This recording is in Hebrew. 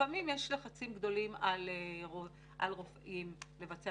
לפעמים יש לחצים גדולים על רופאים לבצע